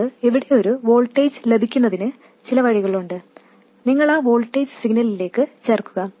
നിങ്ങൾക്ക് ഇവിടെ ഒരു വോൾട്ടേജ് ലഭിക്കുന്നതിന് ചില വഴികളുണ്ട് നിങ്ങൾ ആ വോൾട്ടേജ് സിഗ്നലിലേക്ക് ചേർക്കുക